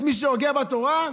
את מי שהוגה בתורה?